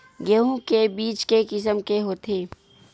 गेहूं के बीज के किसम के होथे?